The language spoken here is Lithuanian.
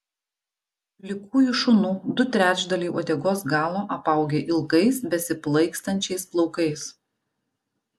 plikųjų šunų du trečdaliai uodegos galo apaugę ilgais besiplaikstančiais plaukais